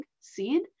seed